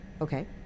Okay